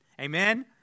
amen